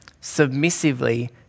Submissively